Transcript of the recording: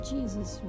Jesus